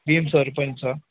बिन्सहरू पनि छ